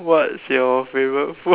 what's your favourite food